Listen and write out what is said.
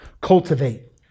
Cultivate